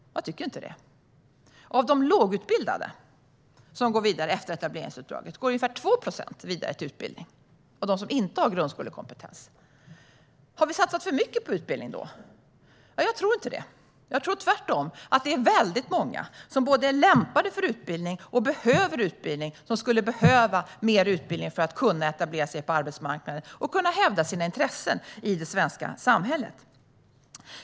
Jag tycker inte det. Av de lågutbildade, de som inte har grundskolekompetens, går ungefär 2 procent vidare från etableringsuppdraget till utbildning. Har vi då satsat för mycket på utbildning? Jag tror inte det. Jag tror tvärtom att det är väldigt många som är lämpade för utbildning och som skulle behöva mer utbildning för att kunna etablera sig på arbetsmarknaden och kunna hävda sina intressen i det svenska samhället.